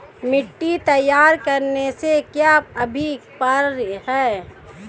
मिट्टी तैयार करने से क्या अभिप्राय है?